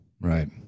Right